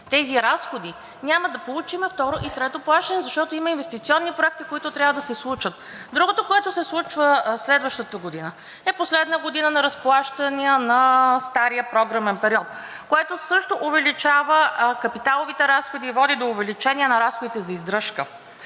тези разходи, няма да получим второ и трето плащане, защото има инвестиционни проекти, които трябва да се случат. Другото, което се случва, следващата година е последна година на разплащания на стария програмен период, което също увеличава капиталовите разходи и води до увеличение на разходите за издръжка,